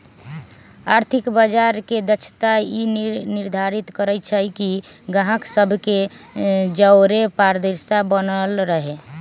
आर्थिक बजार के दक्षता ई निर्धारित करइ छइ कि गाहक सभ के जओरे पारदर्शिता बनल रहे